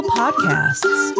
podcasts